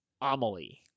amelie